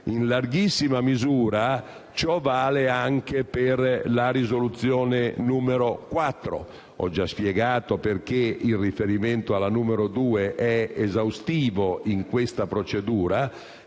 In larghissima misura ciò vale anche per la risoluzione n. 4. Ho già spiegato perché il riferimento alla risoluzione n. 2 è esaustivo in questa procedura.